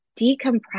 decompress